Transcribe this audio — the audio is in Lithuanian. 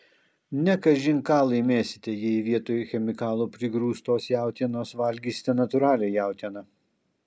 ne kažin ką laimėsite jei vietoj chemikalų prigrūstos jautienos valgysite natūralią jautieną